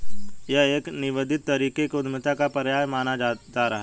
यह एक निवेदित तरीके की उद्यमिता का पर्याय माना जाता रहा है